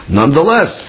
Nonetheless